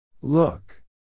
Look